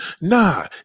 Nah